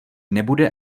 nebude